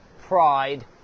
pride